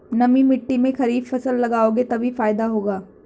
नमी मिट्टी में खरीफ फसल लगाओगे तभी फायदा होगा